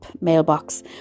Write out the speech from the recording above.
mailbox